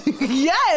Yes